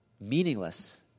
meaningless